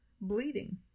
bleeding